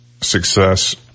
success